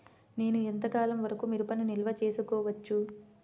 నేను ఎంత కాలం వరకు మిరపను నిల్వ చేసుకోవచ్చు?